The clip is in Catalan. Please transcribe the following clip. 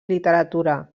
literatura